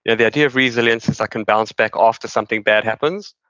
yeah the idea of resilience is i can bounce back after something bad happens,